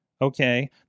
Okay